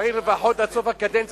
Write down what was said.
צריך לפחות עד סוף הקדנציה,